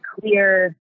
clear